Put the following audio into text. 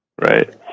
Right